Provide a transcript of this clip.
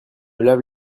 lave